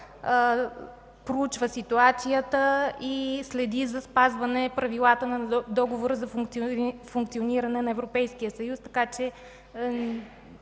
проучва ситуацията и следи за спазване на правилата на Договора за функциониране на Европейския съюз. Тук